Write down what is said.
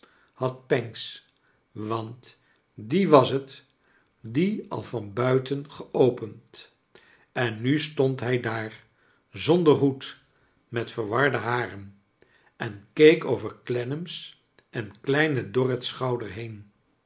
had pancks want die was het die al van buiten geopend en nu stond hij daar zonder hoed met verwarde haren en keek over clennam's en kleine dorrit's schouders heen